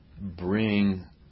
bring